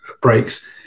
breaks